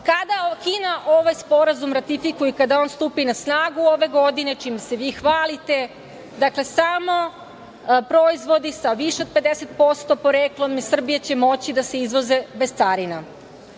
Kada Kina ovaj sporazum ratifikuje i kada on stupi na snagu ove godine, čime se vi hvalite, dakle, samo proizvodi sa više od 50% poreklom iz Srbije će moći da se izvoze bez carina.